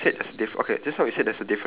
the left the left